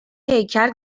هیکل